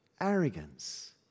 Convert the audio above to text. arrogance